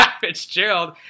Fitzgerald